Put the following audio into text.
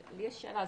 אבל לי יש שאלה,